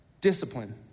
Discipline